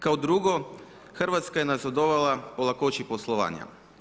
Kao drugo, Hrvatska je nazadovala po lakoći poslovanja.